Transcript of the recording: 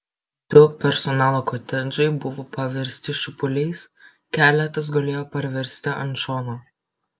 du personalo kotedžai buvo paversti šipuliais keletas gulėjo parversti ant šono